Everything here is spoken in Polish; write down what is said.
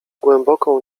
głęboką